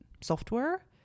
software